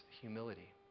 humility